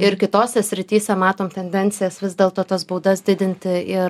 ir kitose srityse matom tendencijas vis dėlto tas baudas didinti ir